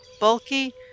bulky